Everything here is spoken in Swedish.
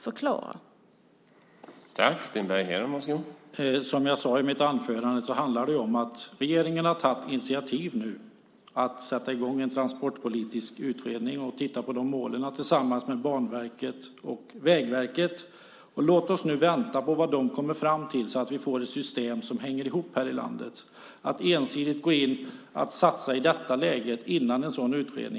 Förklara det för mig!